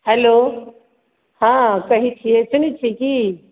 hello हँ कहैत छियै सुनैत छियै की